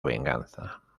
venganza